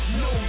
no